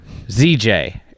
ZJ